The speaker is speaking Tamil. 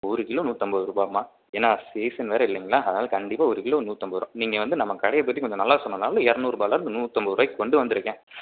ஒரு கிலோ நூற்றம்பது ரூபாய்ம்மா ஏன்னால் சீசன் வேறு இல்லைங்களா அதனால் கண்டிப்பாக ஒரு கிலோ நூற்றம்பது ரூபா நீங்கள் வந்து நம்ம கடையை பற்றி கொஞ்சம் சொன்னதனால் இரநூரூபாலருந்து நூற்றம்பது ரூபாய்க்கு கொண்டு வந்திருக்கேன்